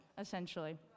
essentially